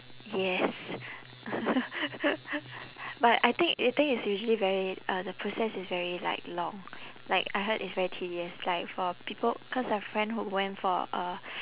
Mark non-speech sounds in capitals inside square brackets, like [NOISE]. yes [NOISE] but I think the thing is usually very uh the process is very like long like I heard it's very tedious like for people cause a friend who went for a